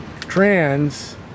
trans